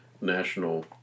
National